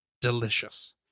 delicious